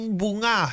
bunga